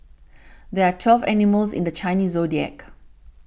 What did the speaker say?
there are twelve animals in the Chinese zodiac